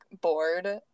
bored